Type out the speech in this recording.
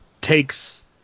takes